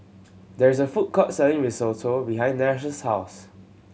there is a food court selling Risotto behind Nash's house